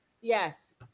Yes